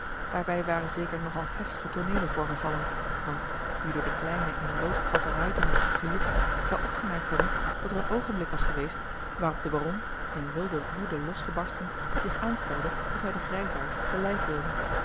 daarbij waren zeker nogal heftige tooneelen voorgevallen want wie door de kleine in lood gevatte ruiten had gegluurd zou opgemerkt hebben dat er een oogenblik was geweest waarop de baron in wilde woede losgebarsten zich aanstelde of hij den grijsaard te lijf wilde